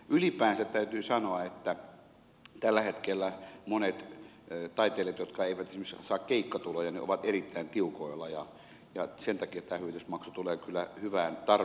ylipäänsä täytyy sanoa että tällä hetkellä monet taiteilijat jotka eivät esimerkiksi saa keikkatuloja ovat erittäin tiukoilla ja sen takia tämä hyvitysmaksu tulee kyllä hyvään tarpeeseen